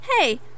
Hey